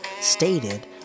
stated